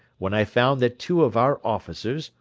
when i found that two of our officers,